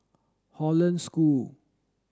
Hollandse School